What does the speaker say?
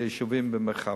יישובים במרחב.